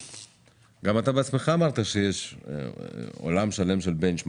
גם אתה בעצמך אמרת שיש עולם שלם של בנצ'מרקים.